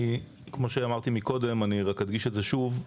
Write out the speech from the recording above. כמו שאמרתי מקודם, אני רק אדגיש את זה שוב: